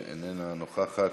אינה נוכחת.